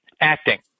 acting